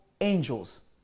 angels